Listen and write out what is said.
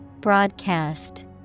Broadcast